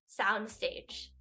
soundstage